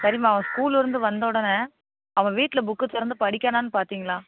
சரிம்மா அவன் ஸ்கூல்லிருந்து வந்தொடனே அவன் வீட்டில் புக்கு திறந்து படிக்கானானு பார்த்திங்களா